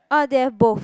orh they have both